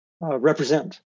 represent